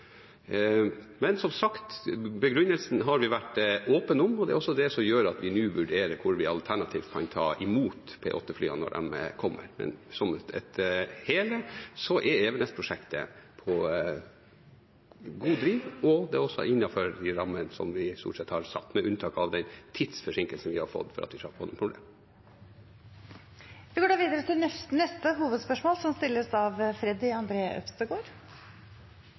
Men som sagt: Begrunnelsen har vi vært åpen om, og det er også det som gjør at vi nå vurderer hvor vi alternativt kan ta imot P8-flyene når de kommer. Som et hele er Evenes-prosjektet i god driv, og det er stort sett også innenfor de rammene som vi har satt – med unntak av den tidsforsinkelsen som vi har fått. Vi går da videre til neste hovedspørsmål.